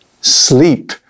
Sleep